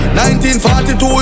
1942